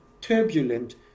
turbulent